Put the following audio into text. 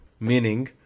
Meaning